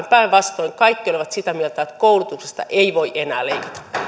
päinvastoin kaikki olivat sitä mieltä että koulutuksesta ei voi enää